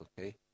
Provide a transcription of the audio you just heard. okay